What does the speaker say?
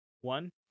one